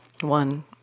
One